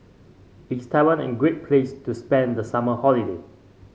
is Taiwan a great place to spend the summer holiday